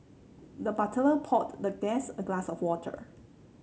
the butler poured the guest a glass of water